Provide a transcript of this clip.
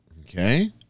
Okay